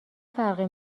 فرقی